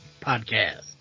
podcast